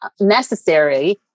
necessary